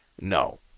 No